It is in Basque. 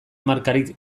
markarik